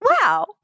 Wow